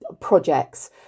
projects